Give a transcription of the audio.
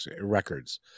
records